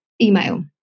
email